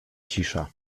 cisza